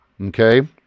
Okay